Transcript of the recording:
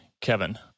Kevin